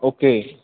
okay